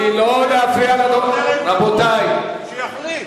עכשיו, שיחליט